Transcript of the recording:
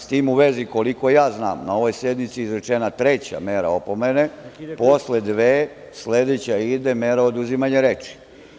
S tim u vezi, koliko ja znam, na ovoj sednici je izrečena treća mera opomene, posle dve sledeća ide mera oduzimanja reči.